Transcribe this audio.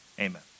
Amen